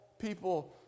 people